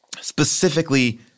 specifically